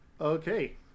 Okay